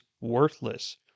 worthless